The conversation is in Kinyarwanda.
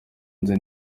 nzi